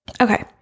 Okay